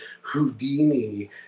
Houdini